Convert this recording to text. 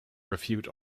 refute